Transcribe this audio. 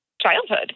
childhood